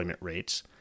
rates